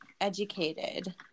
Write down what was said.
Educated